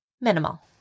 minimal